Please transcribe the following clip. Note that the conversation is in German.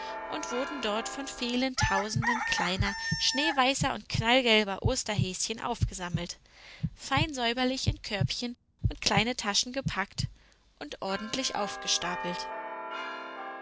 und wurden dort von vielen tausenden kleiner schneeweißer und knallgelber osterhäschen aufgesammelt fein säuberlich in körbchen und kleine taschen gepackt und ordentlich aufgestapelt